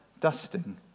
dusting